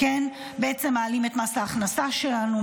מעלים את מס ההכנסה שלנו,